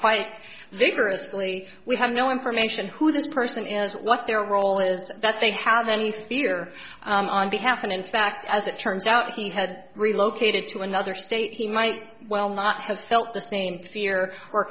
quite vigorously we have no information who this person is what their role is that they have any fear on behalf and in fact as it turns out he had relocated to another state he might well not have felt the same fear o